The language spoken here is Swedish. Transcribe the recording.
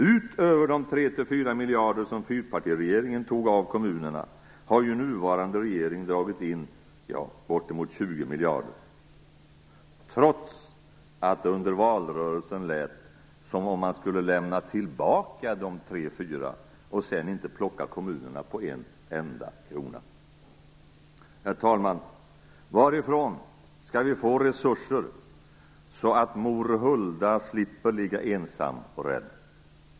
Utöver de 3-4 miljarder som fyrpartiregeringen tog av kommunerna har ju nuvarande regering dragit in bortemot 20 miljarder, trots att det under valrörelsen lät som om man skulle lämna tillbaka de 3-4 och sedan inte plocka kommunerna på en enda krona. Herr talman! Varifrån skall vi få resurser så att mor Hulda slipper ligga ensam och rädd?